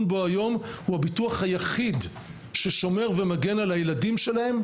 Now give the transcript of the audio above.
בו היום הוא הביטוח היחיד ששומר ומגן על הילדים שלהן,